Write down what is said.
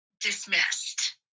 dismissed